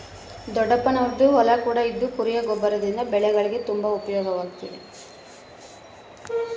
ದೊಡ್ಡಪ್ಪನವರದ್ದು ಹೊಲ ಕೂಡ ಇದ್ದು ಕುರಿಯ ಗೊಬ್ಬರದಿಂದ ಬೆಳೆಗಳಿಗೆ ತುಂಬಾ ಉಪಯೋಗವಾಗುತ್ತಿದೆ